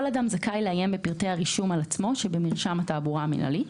אדם זכאי לעיין בפרטי הרישום על עצמו שבמרשם התעבורה המינהלי.